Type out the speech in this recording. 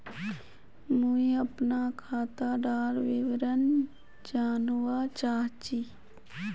मुई अपना खातादार विवरण जानवा चाहची?